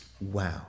Wow